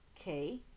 Okay